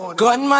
Gunman